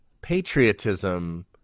patriotism